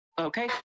Okay